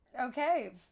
Okay